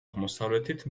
აღმოსავლეთით